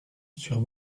sur